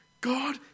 God